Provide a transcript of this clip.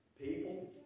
people